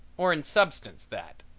or in substance that.